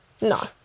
no